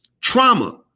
Trauma